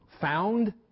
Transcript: found